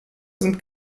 sind